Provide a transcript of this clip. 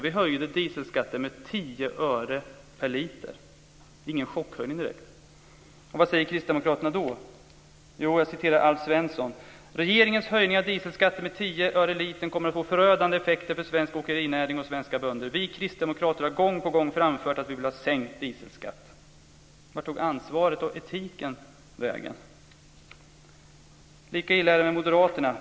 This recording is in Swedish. Vi höjde dieselskatten med tio öre per liter. Det är inte direkt någon chockhöjning. Vad säger Kristdemokraterna då? Alf Svensson säger så här: Regeringens höjning av dieselskatten med tio öre litern kommer att få förödande effekter för svensk åkerinäring och svenska bönder. Vi kristdemokrater har gång på gång framfört att vi vill ha sänkt dieselskatt. Vart tog ansvaret och etiken vägen? Lika illa är det med Moderaterna.